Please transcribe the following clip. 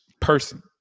person